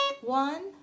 one